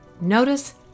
Notice